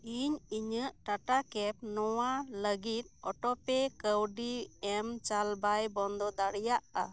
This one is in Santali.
ᱤᱧ ᱤᱧᱟᱹᱜ ᱴᱟᱴᱟᱠᱮᱯ ᱱᱚᱣᱟ ᱞᱟᱹᱜᱤᱫ ᱚᱴᱚᱯᱮ ᱠᱟᱹᱣᱰᱤ ᱮᱢᱪᱟᱞ ᱵᱟᱭ ᱵᱚᱱᱫᱚ ᱫᱟᱲᱮᱭᱟᱜᱼᱟ